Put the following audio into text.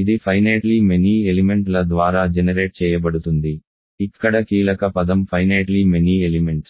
ఇది finitely many element ల ద్వారా జెనెరేట్ చేయబడుతుంది ఇక్కడ కీలక పదం ఫైనేట్లీ మెనీ ఎలిమెంట్స్